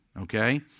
okay